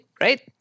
Right